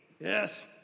Yes